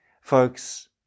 folks